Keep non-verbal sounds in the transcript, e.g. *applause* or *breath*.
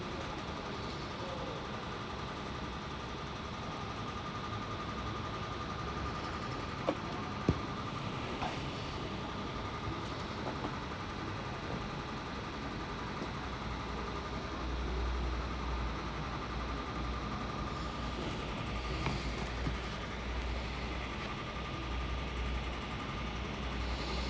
*breath*